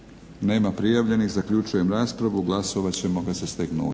Nema prijavljenih. Zaključujem raspravu. Glasovat ćemo kad se steknu